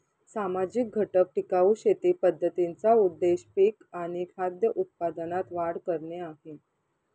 सामाजिक घटक टिकाऊ शेती पद्धतींचा उद्देश पिक आणि खाद्य उत्पादनात वाढ करणे आहे